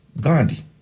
Gandhi